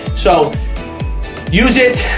so use it,